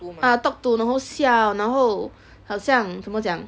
uh talk to 然后笑然后好像怎么讲